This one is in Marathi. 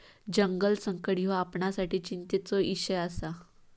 जलसंकट ह्यो आपणासाठी चिंतेचो इषय आसा